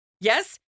Yes